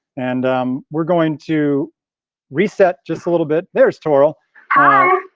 and um we're going to reset just a little bit. there's toral hi.